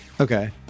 Okay